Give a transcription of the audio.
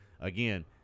again